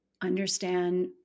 understand